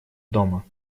дома